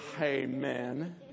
Amen